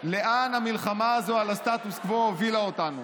לאן המלחמה הזו על הסטטוס קוו הובילה אותנו.